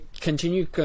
continue